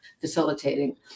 facilitating